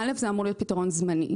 ראשית, זה אמור להיות פתרון זמני,